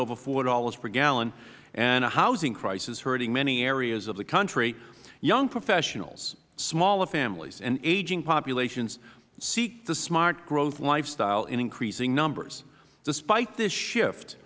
over four dollars per gallon and a housing crisis hurting many areas of the country young professionals smaller families and aging populations seek the smart growth lifestyle in increasing numbers despite this shift